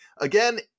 Again